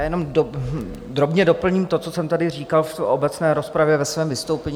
Jenom drobně doplním to, co jsem tady říkal v obecné rozpravě ve svém vystoupení.